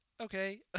okay